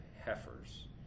heifers